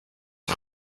een